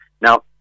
Now